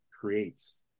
creates